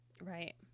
right